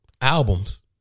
Albums